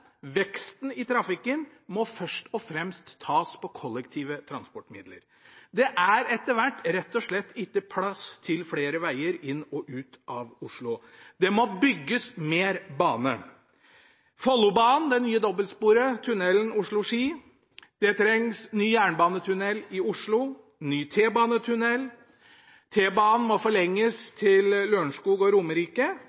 veksten i trafikken – må først og fremst tas på kollektive transportmidler. Det er etter hvert rett og slett ikke plass til flere veger inn og ut av Oslo. Det må bygges mer bane – Follobanen, det nye dobbeltsporet, tunnelen Oslo–Ski, ny jernbanetunnel i Oslo og ny T-banetunnel. T-banen må forlenges